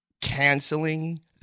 canceling